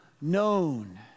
known